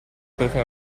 perché